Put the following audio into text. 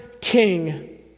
king